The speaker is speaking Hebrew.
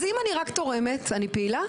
אז אם אני רק תורמת אני פעילה?